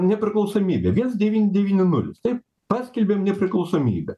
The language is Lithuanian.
nepriklausomybę viens devyni devyni nulis taip paskelbėm nepriklausomybę